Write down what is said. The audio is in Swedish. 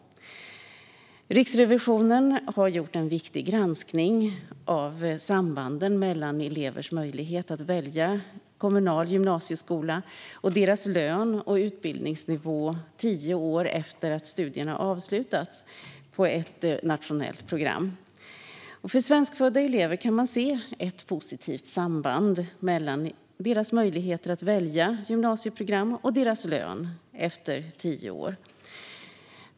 Riksrevisionen har gjort en viktig granskning av sambanden mellan elevers möjlighet att välja kommunal gymnasieskola och deras lön och utbildningsnivå tio år efter att studierna på ett nationellt program har avslutats. För svenskfödda elever kan man se ett positivt samband mellan deras möjlighet att välja gymnasieprogram och deras lön efter tio år.